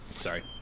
Sorry